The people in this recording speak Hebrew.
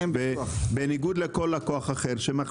אזי בניגוד לכל לקוח אחר שכשקורה משהו